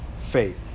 faith